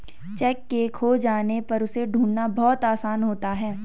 cheque के खो जाने पर उसे ढूंढ़ना बहुत आसान होता है